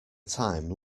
time